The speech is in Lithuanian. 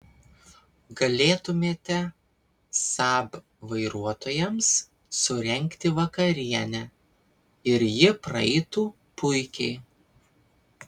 galėtumėte saab vairuotojams surengti vakarienę ir ji praeitų puikiai